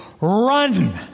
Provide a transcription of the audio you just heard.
run